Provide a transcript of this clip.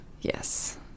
Yes